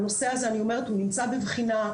הנושא הזה אני אומרת הוא נמצא בבחינה,